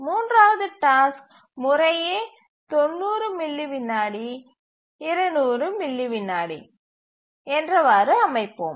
மூன்றாவது டாஸ்க் முறையே 90 மில்லி விநாடி மற்றும் 200 மில்லி விநாடி என அமைப்போம்